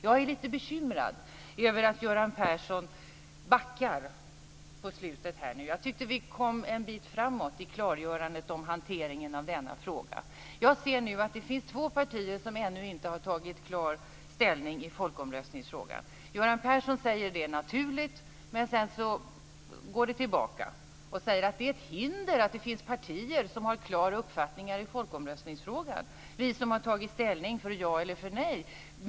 Jag är lite bekymrad över att Göran Persson på slutet backade lite. Jag tyckte att vi hade kommit ett stycke framåt i klargörandet av hanteringen av denna fråga. Det finns två partier som ännu inte har tagit klar ställning i frågan om folkomröstning. Göran Persson säger att en sådan är naturlig men backar sedan och säger att det är ett hinder att det finns partier som har en klar uppfattning i folkomröstningsfrågan, dvs. som har tagit ställning för ja eller för nej.